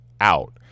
out